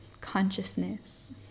consciousness